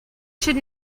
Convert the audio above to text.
should